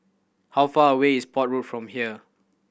how far away is Port Road from here